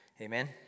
Amen